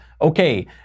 Okay